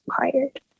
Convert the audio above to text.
required